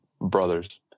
brothers